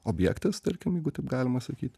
objektas tarkim jeigu taip galima sakyti